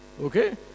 okay